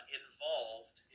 involved